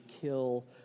kill